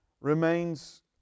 remains